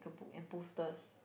book and posters